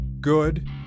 Good